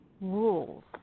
rules